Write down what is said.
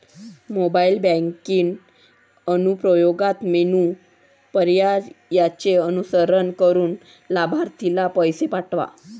mobile banking अनुप्रयोगात menu पर्यायांचे अनुसरण करून लाभार्थीला पैसे पाठवा